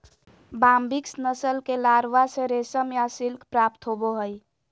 Bombyx नस्ल के larva से रेशम या सिल्क प्राप्त होबा हइ